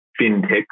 FinTech